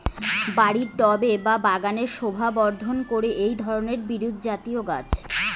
বাড়ির টবে বা বাগানের শোভাবর্ধন করে এই ধরণের বিরুৎজাতীয় গাছ